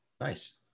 Nice